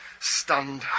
stunned